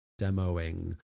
demoing